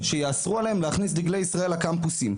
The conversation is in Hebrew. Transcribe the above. ושיאסרו עליהם להכניס דגלי ישראל לקמפוסים.